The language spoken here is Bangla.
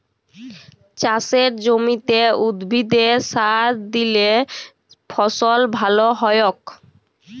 চাসের জমিতে উদ্ভিদে সার দিলে ফসল ভাল হ্য়য়ক